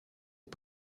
est